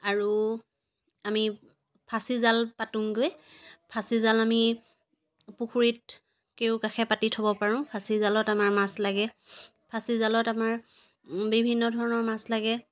আৰু আমি ফাঁচিজাল পাতোঁগৈ ফাঁচিজাল আমি পুখুৰীত কেউকাষে পাতি থ'ব পাৰোঁ ফাঁচিজালত আমাৰ মাছ লাগে ফাঁচিজালত আমাৰ বিভিন্ন ধৰণৰ মাছ লাগে